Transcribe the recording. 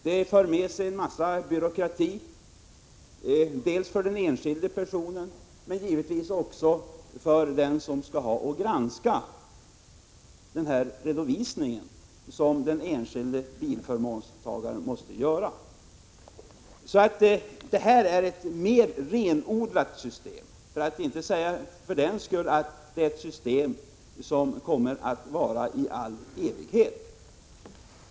Det för med sig en mängd byråkrati dels för den enskilde, dels också för den som skall granska den redovisning som den enskilde bilförmånstagaren måste göra. Det system som nu föreslås är mer renodlat. För den skull är inte sagt att det är ett system som kommer att vara i all evighet.